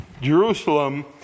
Jerusalem